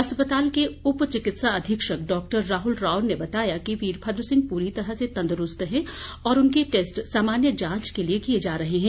अस्पताल के उप चिकित्सा अघीक्षक डॉ राहुल रॉव ने बताया कि वीरभद्र सिंह पूरी तरह तन्दरूस्त है और उनके टैस्ट सामान्य जांच के लिए किए जा रहे हैं